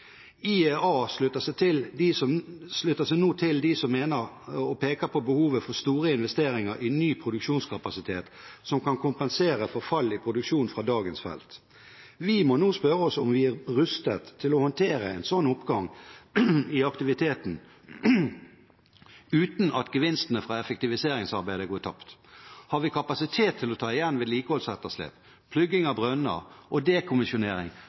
IEA slutter seg nå til dem som peker på behovet for store investeringer i ny produksjonskapasitet som kan kompensere for fall i produksjon fra dagens felt. Vi må nå spørre oss om vi er rustet til å håndtere en slik oppgang i aktiviteten uten at gevinstene fra effektiviseringsarbeidet går tapt. Har vi kapasitet til å ta igjen vedlikeholdsetterslep, plugging av brønner og dekommisjonering